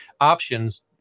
options